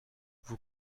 vous